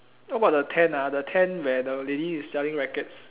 what about the tent ah the tent where the lady is selling rackets